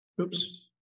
Oops